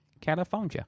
California